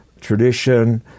tradition